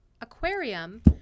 Aquarium